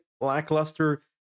lackluster